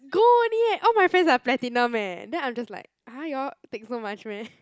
gold only eh all my friend are platinum eh then I'm just like !huh! you all take so much meh